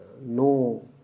no